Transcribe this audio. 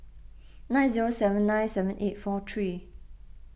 nine zero seven nine seven eight four three